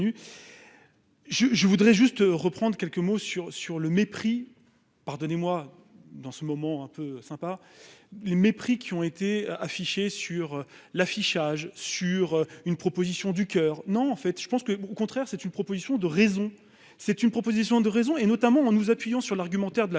je voudrais juste reprendre quelques mots sur sur le mépris, pardonnez-moi, dans ce moment un peu sympa. Le mépris qui ont été affichés sur l'affichage sur une proposition du coeur. Non en fait je pense que au contraire c'est une proposition de raison. C'est une proposition de raisons et notamment en nous appuyant sur l'argumentaire de la